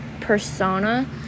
persona